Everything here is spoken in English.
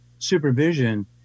supervision